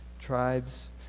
tribes